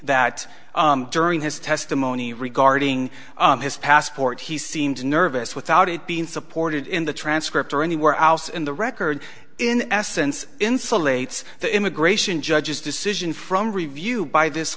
that during his testimony regarding his passport he seemed nervous without it being supported in the transcript or anywhere else in the record in essence insulates the immigration judge's decision from review by this